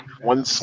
one